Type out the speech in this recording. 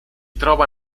trova